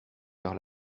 car